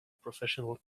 professional